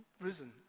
risen